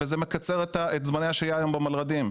וזה מקצר את זמני השהייה היום במלר"דים.